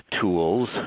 tools